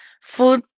food